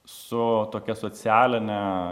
su tokia socialine